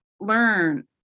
learn